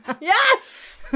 Yes